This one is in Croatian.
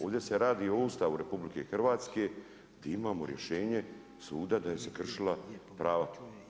Ovdje se radi o Ustavu RH i imamo rješenje suda da im se kršilo prava.